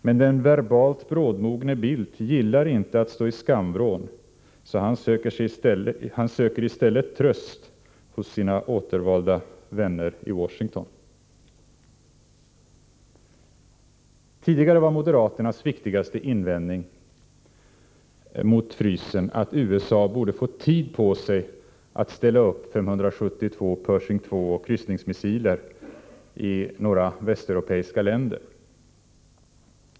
Men den verbalt brådmogne Bildt gillar inte att stå i skamvrån, så han söker i stället tröst hos sina återvalda vänner i Washington. Tidigare var moderaternas viktigaste invändning mot frysen att USA borde få tid på sig att ställa upp 572 Pershing 2 och kryssningsmissiler i några västeuropeiska länder.